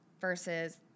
Versus